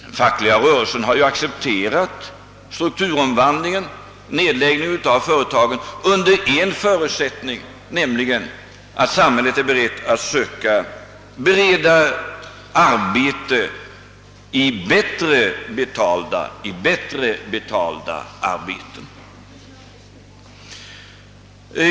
Den fackliga rörelsen har också accepterat strukturomvandlingen och nedläggningen av vissa företag, under den förutsättningen att samhället försöker bereda arbete i bättre betalda yrken.